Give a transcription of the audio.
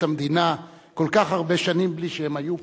המדינה כל כך הרבה שנים בלי שהם היו פה.